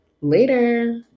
Later